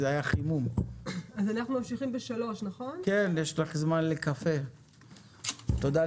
הישיבה ננעלה בשעה 14:33.